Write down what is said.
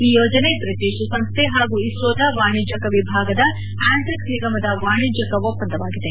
ಈ ಯೋಜನೆ ಬ್ರಿಟಿಷ್ ಸಂಸ್ಥೆ ಹಾಗೂ ಇಸ್ತೋದ ವಾಣಿಜ್ವಕ ವಿಭಾಗವಾದ ಆ್ಬಂಟ್ರಿಕ್ಸ್ ನಿಗಮದ ವಾಣಿಜ್ವಕ ಒಪ್ಪಂದವಾಗಿದೆ